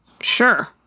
sure